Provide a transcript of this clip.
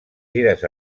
gires